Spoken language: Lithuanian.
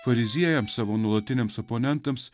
fariziejams savo nuolatiniams oponentams